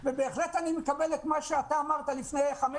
ובהחלט אני מקבל את מה שאמרת לפני כמה